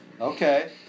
Okay